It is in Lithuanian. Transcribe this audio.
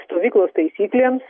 stovyklos taisyklėms